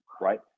right